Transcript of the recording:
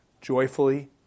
joyfully